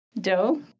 dough